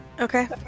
Okay